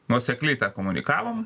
nuosekliai tą komunikavom